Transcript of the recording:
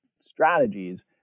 strategies